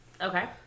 Okay